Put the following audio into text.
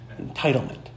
Entitlement